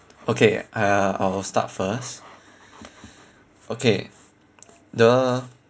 okay uh I'll start first okay the